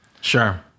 Sure